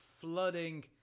flooding